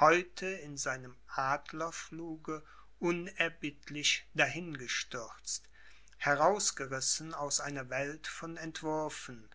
heute in seinem adlerfluge unerbittlich dahingestürzt herausgerissen aus einer welt von entwürfen